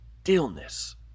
stillness